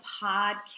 podcast